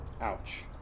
Ouch